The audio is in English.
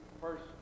first